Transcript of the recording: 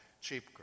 cheap